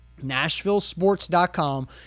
nashvillesports.com